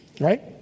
right